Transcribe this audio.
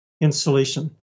installation